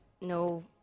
no